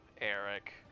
eric